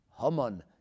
Haman